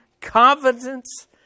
confidence